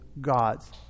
gods